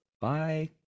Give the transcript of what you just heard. Bye